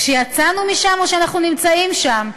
כשיצאנו משם או כשאנחנו נמצאים שם?